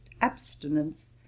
abstinence